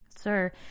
Sir